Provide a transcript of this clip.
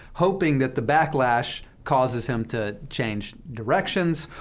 hoping that the backlash causes him to change directions,